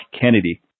Kennedy